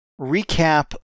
recap